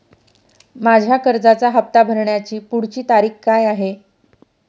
माझ्या कर्जाचा हफ्ता भरण्याची पुढची तारीख काय आहे?